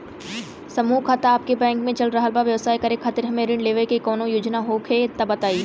समूह खाता आपके बैंक मे चल रहल बा ब्यवसाय करे खातिर हमे ऋण लेवे के कौनो योजना होखे त बताई?